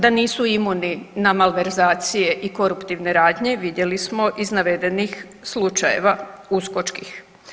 Da nisu imuni na malverzacije i koruptivne radnje vidjeli smo iz navedenih slučajeva uskočkih.